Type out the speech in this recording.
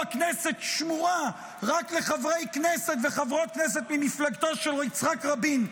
הכנסת שמורה רק לחברי כנסת וחברות כנסת ממפלגתו של יצחק רבין,